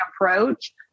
approach